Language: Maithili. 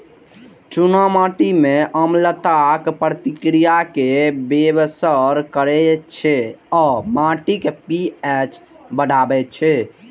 चूना माटि मे अम्लताक प्रतिक्रिया कें बेअसर करै छै आ माटिक पी.एच बढ़बै छै